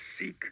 seek